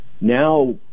Now